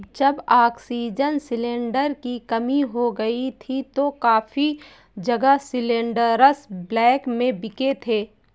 जब oxygen cylinder की कमी हो गई थी तो काफी जगह सिलेंडरस ब्लैक में बिके थे